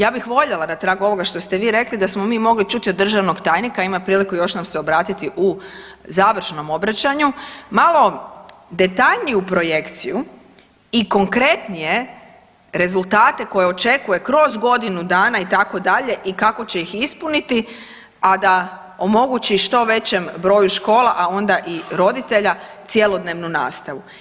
Ja bih voljela na tragu ovoga što ste vi rekli da smo mi mogli čuti od državnog tajnika, ima priliku još nam se obratiti u završnom obraćanju, malo detaljniju projekciju i konkretnije rezultate koje očekuje kroz godinu dana itd. i kako će ih ispuniti, a da omogući što većem broju škola, a onda i roditelja cjelodnevnu nastavu.